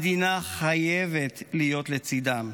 המדינה חייבת להיות לצידם.